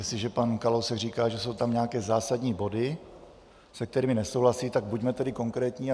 Jestliže pan Kalousek říká, že jsou tam nějaké zásadní body, se kterými nesouhlasí, buďme tedy konkrétní.